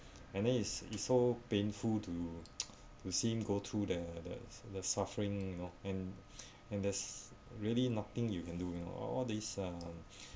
and then it's is so painful to to see him go through the the the suffering you know and and there's really nothing you can do and all all this uh